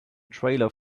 trailer